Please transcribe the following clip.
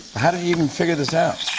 how did you even figure this out?